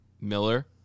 Miller